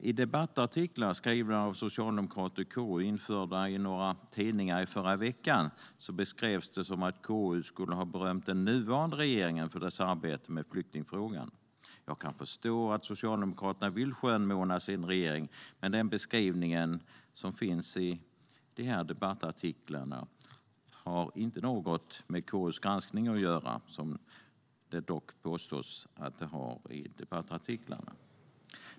I debattartiklar skrivna av socialdemokrater i KU och införda i några tidningar i förra veckan beskrevs det som att KU skulle ha berömt den nuvarande regeringen för dess arbete med flyktingfrågan. Jag kan förstå att Socialdemokraterna vill skönmåla sin regering. Men den beskrivningen har inget med KU:s granskning att göra, som det påstås att den har i de här debattartiklarna.